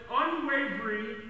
unwavering